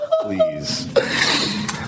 Please